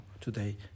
today